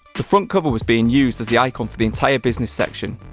the front cover was being used as the icon for the entire business section.